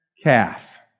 calf